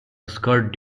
escort